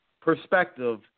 perspective